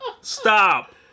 Stop